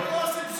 לא עושים פשעים.